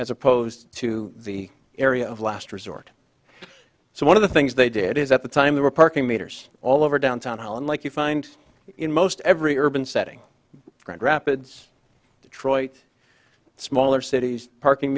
as opposed to the area of last resort so one of the things they did is at the time they were parking meters all over downtown holland like you find in most every urban setting grand rapids detroit smaller cities parking